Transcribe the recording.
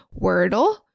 wordle